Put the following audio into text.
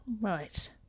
right